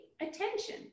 attention